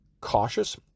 cautious